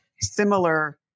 similar